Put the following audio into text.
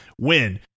win